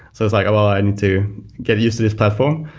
so it's like, oh, i need to get used to this platform.